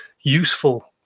useful